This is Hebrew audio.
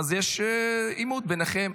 יש עימות ביניכם.